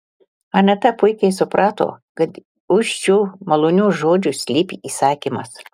aneta puikiai suprato kad už šių malonių žodžių slypi įsakymas